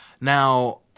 Now